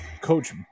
Coach